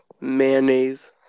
Mayonnaise